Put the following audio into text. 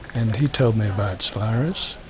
and he told me about solaris.